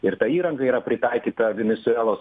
ir ta įranga yra pritaikyta venesuelos